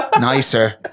Nicer